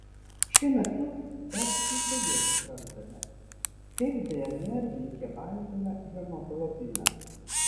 šiuo metu dar tik iš dalies suprantame kaip dnr veikia baltymą hemoglobiną